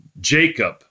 Jacob